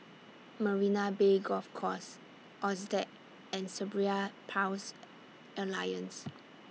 Marina Bay Golf Course Altez and Cerebral Palsy Alliance